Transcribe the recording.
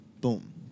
boom